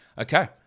Okay